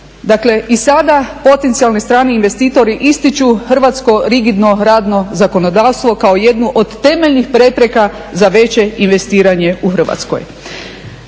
Dakle i sada potencijalni strani investitori ističu hrvatsko rigidno radno zakonodavstvo kao jednu od temeljnih prepreka za veće investiranje u Hrvatskoj.